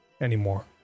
anymore